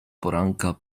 poranka